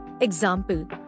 Example